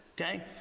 Okay